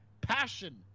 Passion